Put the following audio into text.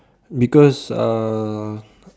because uh